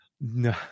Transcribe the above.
no